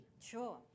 Sure